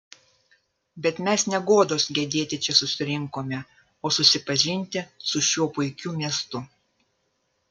bet mes ne godos gedėti čia susirinkome o susipažinti su šiuo puikiu miestu